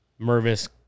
Mervis